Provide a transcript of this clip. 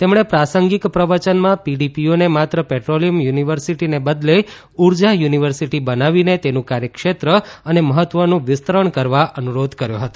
તેમણે પ્રાસંગિક પ્રવચનમાં પીડીપીયુને માત્ર પેટ્રોલિયમ યુનિવર્સિટીને બદલે ઉર્જા યુનિવર્સિટી બનાવીને તેનું કાર્યક્ષેત્ર અને મહત્વનું વિસ્તરણ કરવા અનુરોધ કર્યો હતો